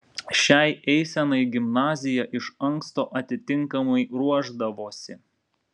šiai eisenai gimnazija iš anksto atitinkamai ruošdavosi